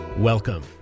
Welcome